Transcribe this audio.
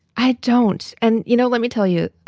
i don't. and, you know, let me tell you,